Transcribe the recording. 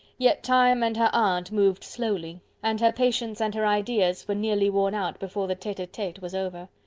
yet time and her aunt moved slowly and her patience and her ideas were nearly worn out before the tete-a-tete was over.